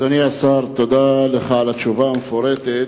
אדוני השר, תודה לך על התשובה המפורטת.